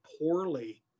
poorly